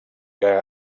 que